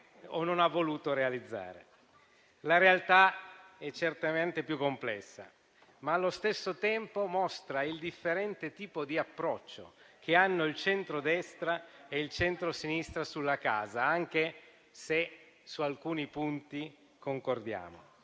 o non ha voluto realizzare. La realtà è certamente più complessa, ma allo stesso tempo mostra il differente tipo di approccio che hanno il centrodestra e il centrosinistra sulla casa, anche se su alcuni punti concordiamo.